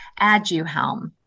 Adjuhelm